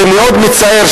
זה מאוד מצער,